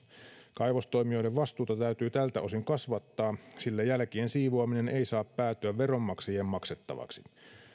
kaivostoimijoiden vastuuta täytyy tältä osin kasvattaa sillä jälkien siivoaminen ei saa päätyä veronmaksajien maksettavaksi